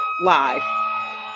live